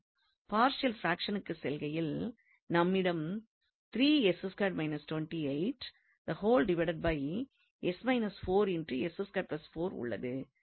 partial பிராக்ஷனுக்குச் செல்கையில் நம்மிடம் உள்ளது